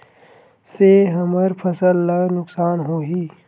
से हमर फसल ला नुकसान होही?